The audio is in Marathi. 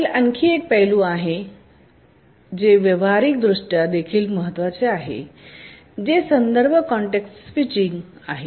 खालील आणखी एक पैलू आहे जे व्यावहारिक दृष्ट्या देखील महत्वाचे आहे जे संदर्भ कॅन्टेक्सट स्विचिंग आहे